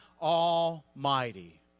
Almighty